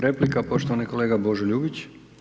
Replika poštovani kolega Božo Ljubić.